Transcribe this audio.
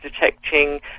Detecting